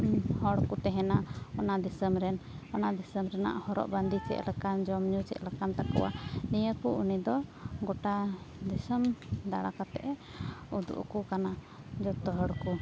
ᱦᱚᱲ ᱠᱚ ᱛᱟᱦᱮᱱᱟ ᱚᱱᱟ ᱫᱤᱥᱟᱹᱢ ᱨᱮᱱ ᱚᱱᱟ ᱫᱤᱥᱟᱹ ᱨᱮᱱᱟᱜ ᱦᱚᱨᱚᱜ ᱵᱟᱸᱫᱮ ᱪᱮᱫ ᱞᱮᱠᱟᱱ ᱡᱚᱢ ᱧᱩ ᱪᱮᱫ ᱞᱮᱠᱟᱱ ᱛᱟᱠᱚᱣᱟ ᱱᱤᱭᱟᱹ ᱠᱚ ᱩᱱᱤ ᱫᱚ ᱜᱚᱴᱟ ᱫᱤᱥᱚᱢ ᱫᱟᱲᱟ ᱠᱟᱛᱮᱜ ᱮ ᱩᱫᱩᱜ ᱟᱠᱚ ᱠᱟᱱᱟ ᱡᱚᱛᱚ ᱦᱚᱲ ᱠᱚ